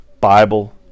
Bible